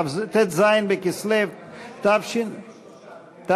ט"ז בכסלו תשע"ה,